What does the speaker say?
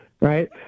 right